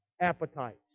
appetites